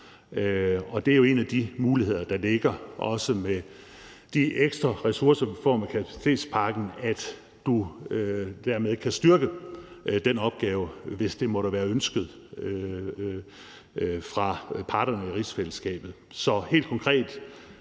En af de muligheder, der ligger med de ekstra ressourcer, som vi får med kapacitetspakken, er, at du dermed kan styrke den opgave, hvis det måtte være et ønske fra parterne i rigsfællesskabet.